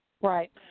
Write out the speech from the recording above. Right